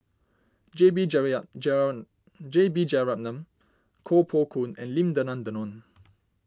J B J B Jeyaretnam Koh Poh Koon and Lim Denan Denon